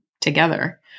together